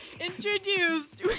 introduced